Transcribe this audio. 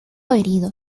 herido